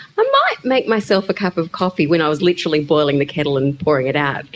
um might make myself a cup of coffee when i was literally boiling the kettle and pouring it out.